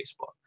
Facebook